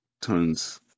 turns